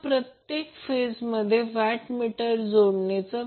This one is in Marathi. तर हे दुसऱ्या वॅटमीटरचे रीडिंग आहे